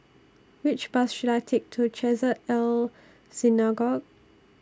Which Bus should I Take to Chesed El Synagogue